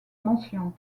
mentions